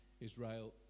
israel